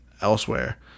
Elsewhere